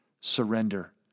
surrender